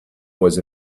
was